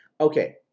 Okay